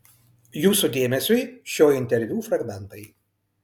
jūsų dėmesiui šio interviu fragmentai